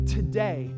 Today